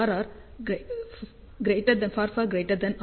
R R